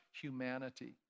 humanity